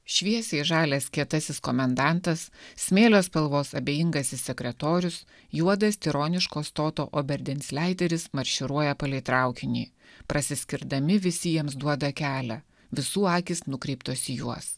šviesiai žalias kietasis komendantas smėlio spalvos abejingasis sekretorius juodas tironiško stoto oberdins leideris marširuoja palei traukinį prasiskirdami visi jiems duoda kelią visų akys nukreiptos į juos